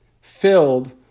filled